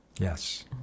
Yes